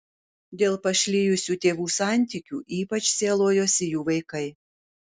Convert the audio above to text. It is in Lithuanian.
dėl pašlijusių tėvų santykių ypač sielojosi jų vaikai